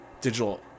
digital